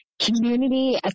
community